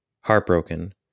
heartbroken